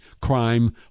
crime